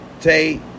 Tate